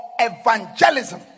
Evangelism